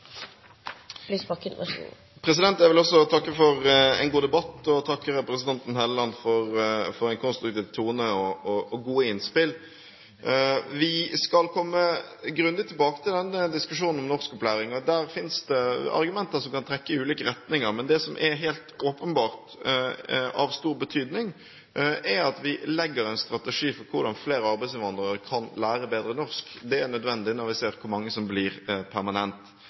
Jeg vil også takke for en god debatt og takke representanten Helleland for en konstruktiv tone og gode innspill. Vi skal komme grundig tilbake til diskusjonen om norskopplæring. Der finnes det argumenter som kan trekke i ulike retninger, men det som helt åpenbart er av stor betydning, er at vi legger en strategi for hvordan flere arbeidsinnvandrere kan lære seg bedre norsk. Det er nødvendig når vi ser hvor mange som blir her permanent.